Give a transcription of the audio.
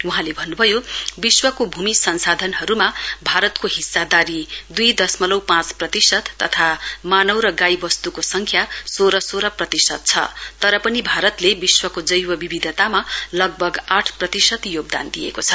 वहाँले भन्नु भयो विश्वको भूमि संसाधनहरूमा भारतको हिस्सादारी दुई दशमलव पाँच प्रतिशत तथा मानव र गाई वस्तुको सङ्ख्या स्रोह सोह्र प्रतिशत छ तर पनि भारतले विश्वको जैव विविधत लगभग आठ प्रतिशत योगदान दिएको छ